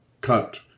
cut